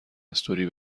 استوری